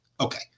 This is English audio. Okay